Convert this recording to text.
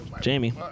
Jamie